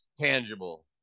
tangible